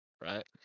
Right